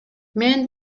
мен